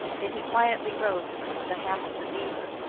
then he quietly rose and cooked the half of the beaver,